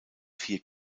vier